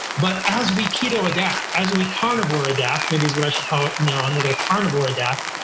but as we keto-adapt as we carnivore-adapt, maybe is what i should call it from now on, we're going to carnivore-adapt,